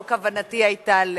לא כוונתי היתה,